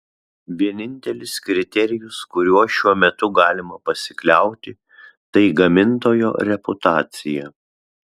vienintelis kriterijus kuriuo šiuo metu galima pasikliauti tai gamintojo reputacija